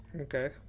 Okay